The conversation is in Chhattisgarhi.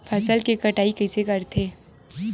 फसल के कटाई कइसे करथे?